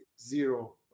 zero